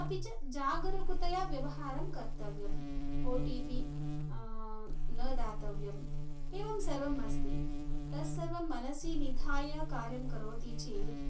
अपि च जागरूकतया व्यवहारं कर्तव्यम् ओ टि पि न दातव्यम् एवं सर्वम् अस्ति तत्सर्वं मनसि निधाय कार्यं करोति चेत्